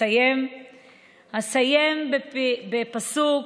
אסיים בפסוק